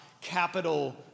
capital